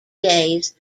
days